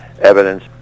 Evidence